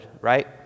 right